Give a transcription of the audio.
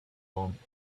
bump